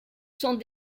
sont